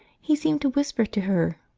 he seemed to whisper to her,